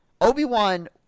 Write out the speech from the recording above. Obi-Wan